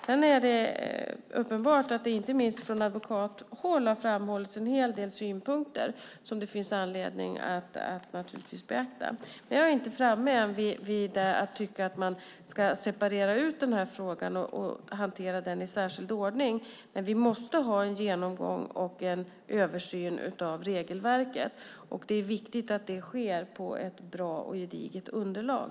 Sedan är det uppenbart att det inte minst från advokathåll har framhållits en hel del synpunkter som det naturligtvis finns anledning att beakta. Men jag har ännu inte kommit fram till att man ska separera denna fråga och hantera den i särskild ordning. Men vi måste ha en genomgång och en översyn av regelverket. Det är viktigt att det sker på ett bra och gediget underlag.